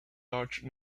large